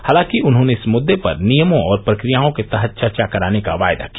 हालांकि उन्होंने इस मुद्दे पर नियमों और प्रक्रियाओं के तहत चर्चा कराने का वायदा किया